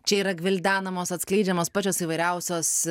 čia yra gvildenamos atskleidžiamos pačios įvairiausios